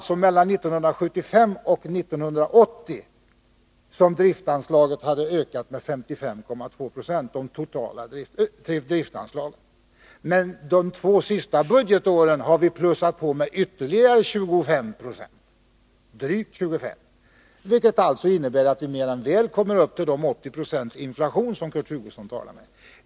Det var mellan 1975 och 1980 som de totala driftsanslagen hade ökat med 55,2 26, men de två senaste budgetåren har vi lagt till ytterligare drygt 25 96, vilket alltså innebär att vi mer än väl svarar upp mot de 80 96 inflation som Kurt Hugosson talar om.